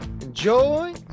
enjoy